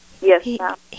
Yes